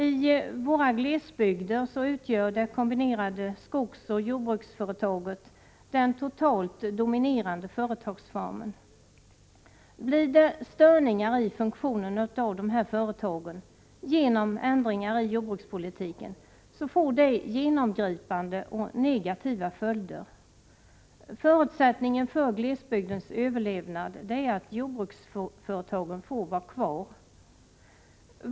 I våra glesbygder utgör det kombinerade skogsoch jordbruksföretaget den totalt dominerande företagsformen. Blir det störningar i funktionen av dessa företag — genom ändringar i jordbrukspolitiken — får det genomgripande och negativa följder. Förutsättningen för glesbygdens överlevnad är att jordbruksföretagen får vara kvar.